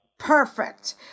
Perfect